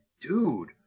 dude